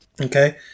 Okay